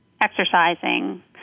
exercising